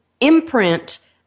imprint